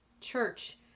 church